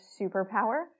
superpower